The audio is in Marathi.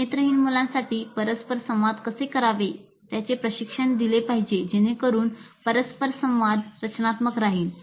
नेत्रहीन मुलांसाठी परस्परसंवाद कसे करावे याचे प्रशिक्षण दिले पाहिजे जेणेकरून परस्परसंवाद रचनात्मक राहील